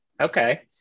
Okay